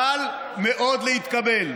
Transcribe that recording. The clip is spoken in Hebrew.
קל מאוד להתקבל.